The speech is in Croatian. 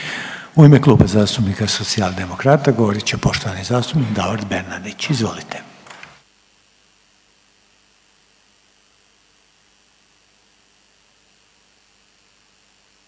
U ime Kluba zastupnika Socijaldemokrata govorit će poštovani zastupnik Davor Bernardić, izvolite.